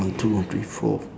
one two three four